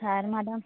sir madam